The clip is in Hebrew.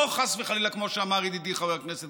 לא חס וחלילה כמו שאמר ידידי חבר הכנסת